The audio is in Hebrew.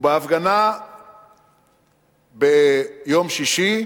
בהפגנה ביום שישי,